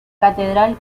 catedral